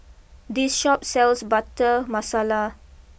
this Shop sells Butter Masala